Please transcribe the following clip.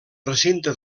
recinte